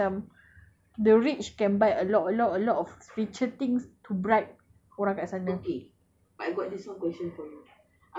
you just imagine eh kalau kita macam the rich can buy a lot a lot a lot of special things to bribe orang dekat sana